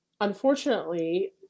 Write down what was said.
unfortunately